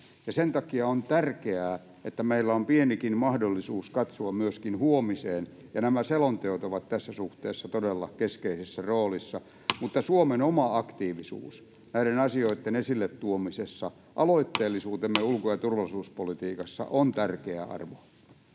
sen takia on tärkeää, että meillä on pienikin mahdollisuus katsoa myöskin huomiseen, ja nämä selonteot ovat tässä suhteessa todella keskeisessä roolissa. Mutta Suomen oma aktiivisuus näiden asioiden esille tuomisessa, aloitteellisuutemme ulko- ja turvallisuuspolitiikassa, on tärkeä arvo.